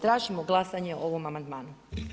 Tražimo glasanje o ovom amandmanu.